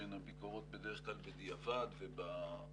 שהן ביקורות בדיעבד בדרך כלל,